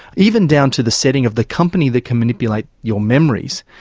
even down to the setting of the company that can manipulate your memories.